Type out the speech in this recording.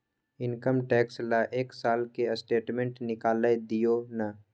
Income tax ल एक साल के स्टेटमेंट निकैल दियो न?